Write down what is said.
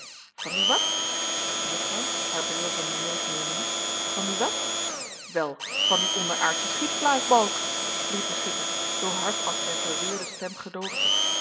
van die wat vroeg de juffrouw haar bril van den neus nemende van die wat wel van dien onderaardschen schietblaasbalk riep de schipper zoo hard als zijn verweerde stem gedoogde